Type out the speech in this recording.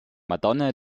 madonna